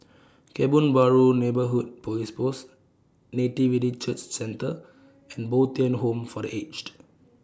Kebun Baru Neighbourhood Police Post Nativity Church Centre and Bo Tien Home For The Aged